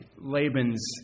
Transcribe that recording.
Laban's